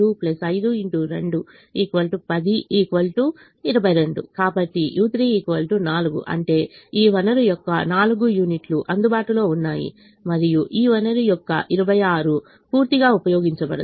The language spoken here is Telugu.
కాబట్టి u3 4 అంటే ఈ వనరు యొక్క 4 యూనిట్లు అందుబాటులో ఉన్నాయి మరియు ఈ వనరు యొక్క 26 పూర్తిగా ఉపయోగించబడదు